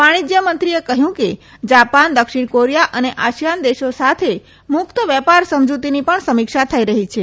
વાણીજય મંત્રીએ કહયું કે જાપાન દક્ષિણ કોરીયા અને આસિયાન દેશો સાથે મુકત વેપાર સમજીતીની પણ સમીક્ષા થઇ રહી છે